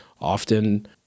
often